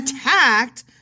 attacked